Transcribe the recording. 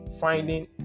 finding